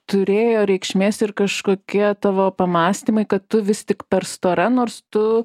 turėjo reikšmės ir kažkokie tavo pamąstymai kad tu vis tik per stora nors tu